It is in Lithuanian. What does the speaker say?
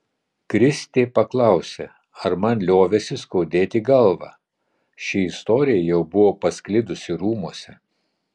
kristė paklausė ar man liovėsi skaudėti galvą ši istorija jau buvo pasklidusi rūmuose